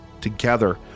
Together